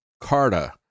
Carta